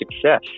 success